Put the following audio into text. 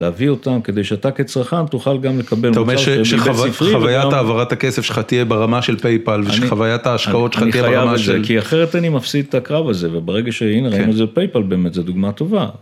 להביא אותם כדי שאתה כצרכן תוכל גם לקבל. אתה אומר שחוויית העברת הכסף שלך תהיה ברמה של פייפל, ושחוויית ההשקעות שלך תהיה ברמה של. אני חייב את זה כי אחרת אני מפסיד את הקרב הזה, וברגע שהנה היום זה פייפל באמת זו דוגמה טובה.